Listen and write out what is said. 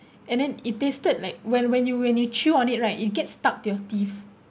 and then it tasted like when when you when you chew on it right it gets stuck to your teeth